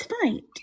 tonight